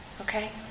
Okay